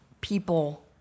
people